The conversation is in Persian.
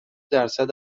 درصد